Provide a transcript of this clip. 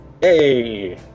Hey